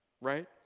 right